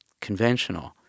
conventional